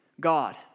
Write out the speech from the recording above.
God